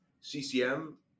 CCM